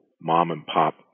mom-and-pop